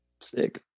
sick